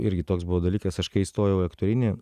irgi toks buvo dalykas aš kai įstojau į aktorinį